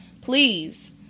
please